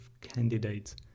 candidates